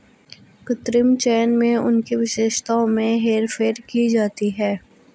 कृत्रिम चयन में उनकी विशेषताओं में हेरफेर की जाती है